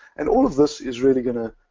and all of this is really going to